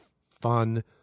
fun